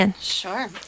Sure